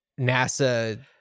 NASA